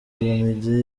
olomide